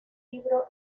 libro